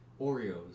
Oreos